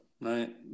right